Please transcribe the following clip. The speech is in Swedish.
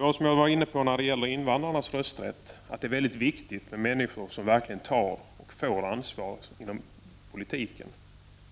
Precis som när det gäller invandrarnas rösträtt är det för de grupper som här är aktuella viktigt att vi verkligen ger och avkräver ansvar inom politiken.